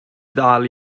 ddal